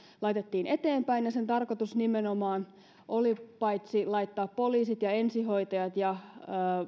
laitettiin eteenpäin ja sen tarkoitus nimenomaan oli paitsi laittaa poliisit ja ensihoitajat ja